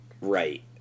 Right